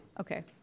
Okay